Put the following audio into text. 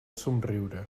somriure